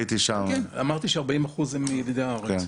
אמרתי ש-40 אחוזים הם ילידי הארץ.